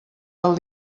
del